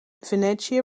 venetië